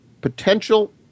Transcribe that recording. potential